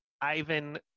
Ivan